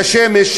כשמש,